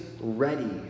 ready